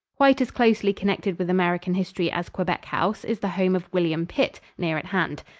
quite as closely connected with american history as quebec house is the home of william pitt, near at hand.